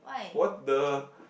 what the